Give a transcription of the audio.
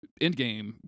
Endgame